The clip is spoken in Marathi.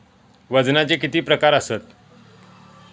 वजनाचे किती प्रकार आसत?